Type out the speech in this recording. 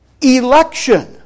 election